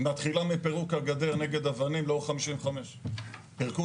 היא מתחילה מפירוק הגדר נגד אבנים לאורך 55. פירקו